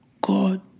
God